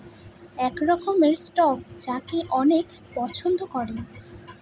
এক রকমের স্টক যাকে অনেকে পছন্দ করে